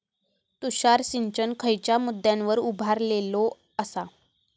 तुषार सिंचन खयच्या मुद्द्यांवर उभारलेलो आसा?